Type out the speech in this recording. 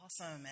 awesome